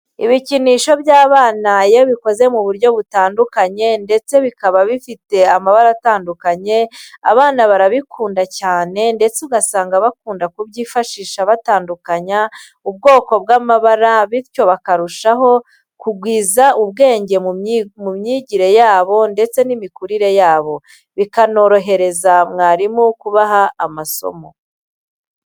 Ibikinisho by'abana iyo bikoze mu buryo butandukanye ndetse bikaba bifite amabara atandukanye, abana barabikunda cyane ndetse ugasanga bakunda kubyifashisha batandukanya ubwoko bw'amabara bityo bakarushaho gukuza ubwenge mu myigire yabo ndetse n'imikurire yabo, bikanorohereza mwarimu kubaha amasomo.